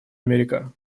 америка